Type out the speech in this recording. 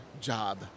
job